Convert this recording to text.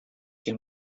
him